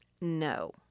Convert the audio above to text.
no